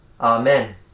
Amen